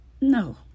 No